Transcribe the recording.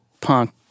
punk